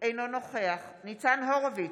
אינו נוכח ניצן הורוביץ?